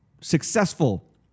successful